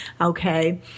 okay